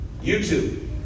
YouTube